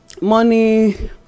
money